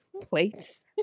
plates